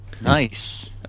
Nice